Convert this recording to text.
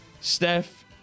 Steph